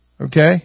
Okay